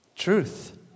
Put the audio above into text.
Truth